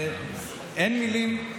אין מילים.